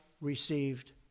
received